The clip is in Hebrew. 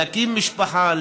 להקים משפחה,